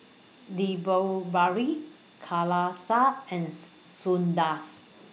and